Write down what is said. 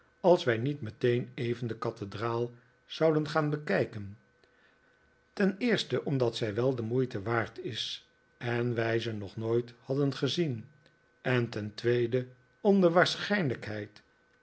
als wij niet meteen even de kathedraal zouden gaan bekijken ten eerste omda't zij wel de moeite waard is en wij ze nog nooit hadden gezien en ten tweede om de